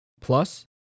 Plus